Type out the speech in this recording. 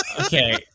okay